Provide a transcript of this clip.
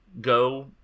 go